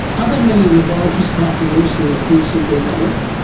ah there many laboratories apart from yours here in queensland doing that work?